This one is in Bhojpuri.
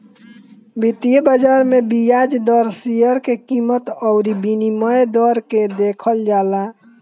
वित्तीय बाजार में बियाज दर, शेयर के कीमत अउरी विनिमय दर के देखल जाला